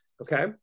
Okay